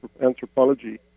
anthropology